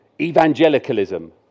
evangelicalism